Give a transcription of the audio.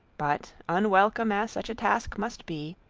but unwelcome as such a task must be,